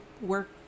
work